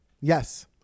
Yes